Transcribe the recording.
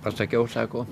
atsakiau sako